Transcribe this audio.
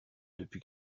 depuis